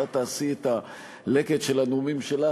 כשאת תעשי את הלקט של הנאומים שלך,